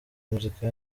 muzika